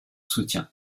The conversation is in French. soutien